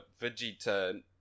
Vegeta